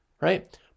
right